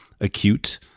acute